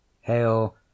Hail